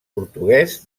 portuguès